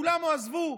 כולם הועזבו,